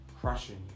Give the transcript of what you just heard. crushing